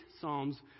psalms